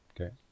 Okay